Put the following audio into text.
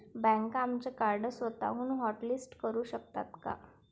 बँका आमचे कार्ड स्वतःहून हॉटलिस्ट करू शकतात का?